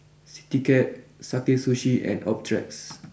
Citycab Sakae Sushi and Optrex